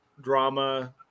drama